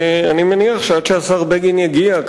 אני מניח שעד שהשר בני בגין יגיע,